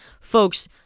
Folks